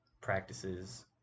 practices